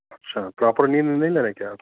अच्छा प्रॉपर नींद नहीं ले रहे है क्या आप